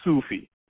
Sufi